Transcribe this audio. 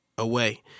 away